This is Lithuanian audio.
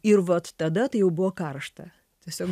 ir vat tada tai jau buvo karšta tiesiog